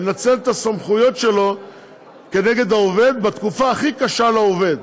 ולנצל את הסמכויות כנגד העובד בתקופה הכי קשה לעובד,